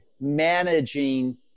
managing